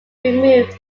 removed